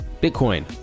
Bitcoin